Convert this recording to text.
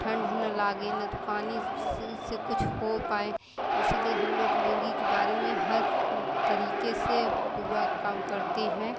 ठंढ ना लागे नहीं तो पानी उससे उससे कुछ हो पाए इसीलिए हम लोग मुर्ग़ी के बारे में हर तरीक़े से पूरा काम करते हैं